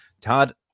Todd